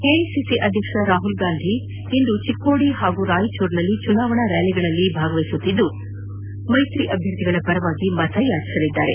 AICC ಆಧ್ವಕ್ಷ ರಾಹುಲ್ ಗಾಂಧಿ ಇಂದು ಚಿಕ್ಕೋಡಿ ಹಾಗೂ ರಾಯಚೂರಿನಲ್ಲಿ ಚುನಾವಣಾ ರ್ಕಾಲಿಗಳಲ್ಲಿ ಭಾಗವಹಿಸುತ್ತಿದ್ದು ಮೈತ್ರಿ ಅಭ್ಯರ್ಥಿಗಳ ಪರವಾಗಿ ಮತಯಾಚಿಸಲಿದ್ದಾರೆ